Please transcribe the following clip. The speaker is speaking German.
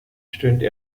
stöhnte